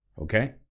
okay